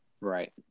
right